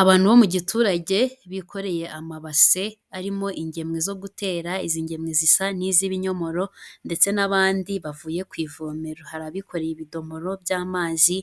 Abantu bo mu giturage bikoreye amabase arimo ingemwe zo gutera izi ngemwe zisa nkiz'ibinyomoro, ndetse n'abandi bavuye ku ivomero hari abikoreye ibidomoro by'amazi,